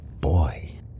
boy